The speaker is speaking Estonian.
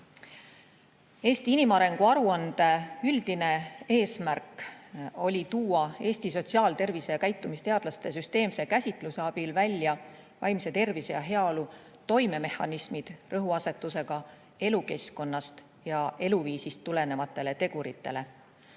Eesti inimarengu aruande üldine eesmärk oli tuua Eesti sotsiaaltervise- ja käitumisteadlaste süsteemse käsitluse abil välja vaimse tervise ja heaolu toimemehhanismid rõhuasetusega elukeskkonnast ja eluviisist tulenevatele teguritele.